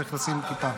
צריך לשים כיפה.